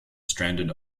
stranded